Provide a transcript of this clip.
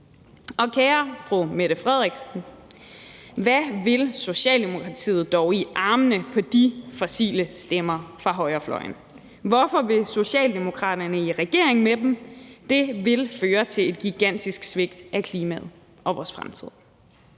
Og kære fru Mette Frederiksen, hvad vil Socialdemokratiet dog i armene på de fossile stemmer fra højrefløjen? Hvorfor vil Socialdemokraterne i regering med dem? Det vil føre til et gigantisk svigt af klimaet og vores fremtid.